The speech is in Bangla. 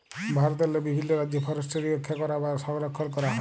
ভারতেরলে বিভিল্ল রাজ্যে ফরেসটিরি রখ্যা ক্যরা বা সংরখ্খল ক্যরা হয়